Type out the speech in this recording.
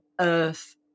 earth